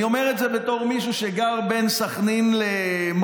אני אומר את זה בתור מישהו שגר בין סח'נין למע'אר,